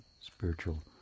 spiritual